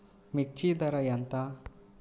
మిర్చి ధర ఎంత?